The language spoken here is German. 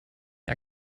die